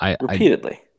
Repeatedly